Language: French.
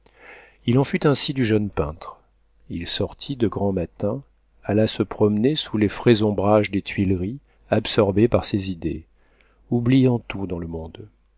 il en fut ainsi du jeune peintre il sortit de grand matin alla se promener sous les frais ombrages des tuileries absorbé par ses idées oubliant tout dans le monde